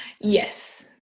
Yes